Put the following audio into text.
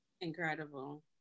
Incredible